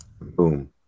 Boom